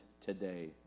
today